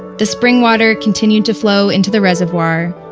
the spring water continued to flow into the reservoir,